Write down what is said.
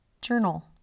journal